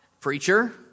preacher